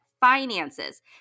finances